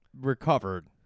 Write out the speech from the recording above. recovered